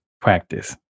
practice